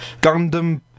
Gundam